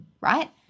right